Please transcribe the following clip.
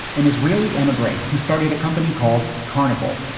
an israeli emigre who started a company called carnival.